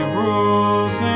rules